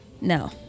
No